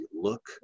look